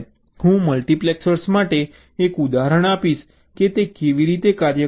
હું મલ્ટિપ્લેક્સર માટે એક ઉદાહરણ આપીશ કે તે કેવી રીતે કાર્ય કરે છે